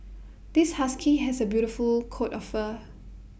this husky has A beautiful coat of fur